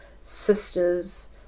sisters